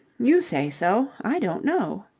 you say so. i don't know.